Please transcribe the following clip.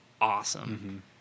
awesome